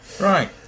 Right